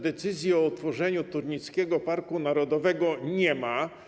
Decyzji o utworzeniu Turnickiego Parku Narodowego nie ma.